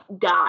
Die